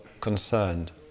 concerned